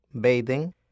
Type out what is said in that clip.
bathing